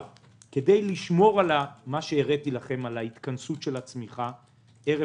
אבל כדי לשמור על ההתכנסות של הצמיחה ערב